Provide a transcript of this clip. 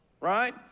right